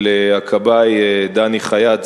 של הכבאי דני חייט,